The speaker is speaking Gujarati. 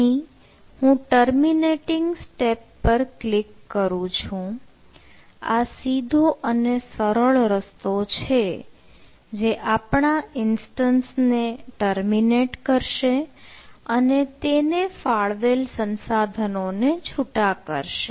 અહીં હું ટર્મિનેટીંગ સ્ટેપ પર ક્લિક કરું છું આ સીધો અને સરળ રસ્તો છે જે આપણા ઇન્સ્ટન્સ ને ટર્મિનેટ કરશે અને તેને ફાળવેલ સંસાધનોને છુટા કરશે